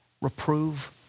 reprove